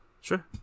Sure